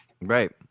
Right